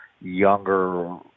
younger